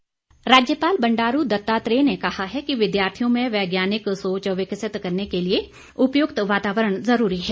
राज्यपाल राज्यपाल बंडारू दत्तात्रेय ने कहा है कि विद्यार्थियों में वैज्ञानिक सोच विकसित करने के लिए उपयुक्त वातावरण जरूरी है